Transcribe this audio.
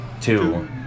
Two